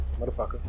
Motherfucker